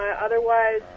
otherwise